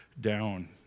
down